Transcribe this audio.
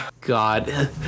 god